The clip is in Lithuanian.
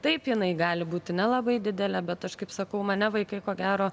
taip jinai gali būti nelabai didelė bet aš kaip sakau mane vaikai ko gero